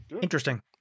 interesting